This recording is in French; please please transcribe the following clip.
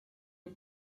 est